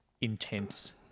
intense